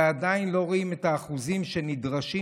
ועדיין לא רואים את האחוזים שנדרשים,